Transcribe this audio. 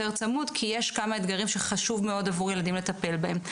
צמוד כי יש כמה אתגרים שחשוב מאוד עבור ילדים לטפל בהם.